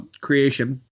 creation